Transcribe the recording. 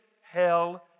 hell